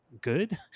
good